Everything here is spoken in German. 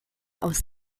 aus